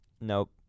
Nope